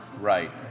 Right